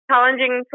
Challenging